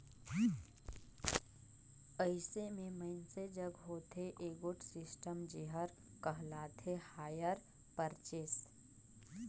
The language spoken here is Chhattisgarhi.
अइसे में मइनसे जग होथे एगोट सिस्टम जेहर कहलाथे हायर परचेस